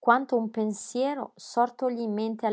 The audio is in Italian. quanto un pensiero sortogli in mente